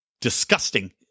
disgusting